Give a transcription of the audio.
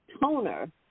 toner